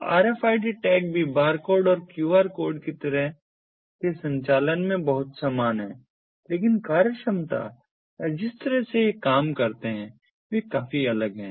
तो RFID tag भी barcode और QR कोड की तरह के संचालन में बहुत समान हैं लेकिन कार्यक्षमता या जिस तरह से ये काम करते हैं वे काफी अलग हैं